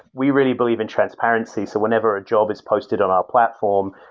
we really believe in transparency. so whenever a job is posted on our platform,